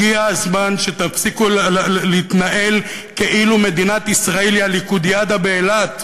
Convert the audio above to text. הגיע הזמן שתפסיקו להתנהל כאילו מדינת ישראל היא הליכודיאדה באילת.